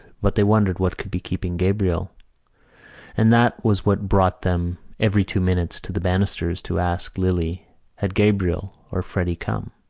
but they wondered what could be keeping gabriel and that was what brought them every two minutes to the banisters to ask lily had gabriel or freddy come.